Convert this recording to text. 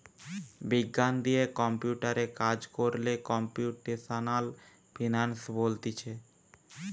বিজ্ঞান দিয়ে কম্পিউটারে কাজ কোরলে কম্পিউটেশনাল ফিনান্স বলতিছে